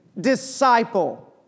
Disciple